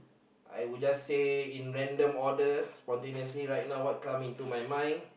I would just say in random order spontaneously right now what come into my mind